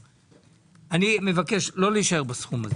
אני מבקש לא להישאר בסכום הזה.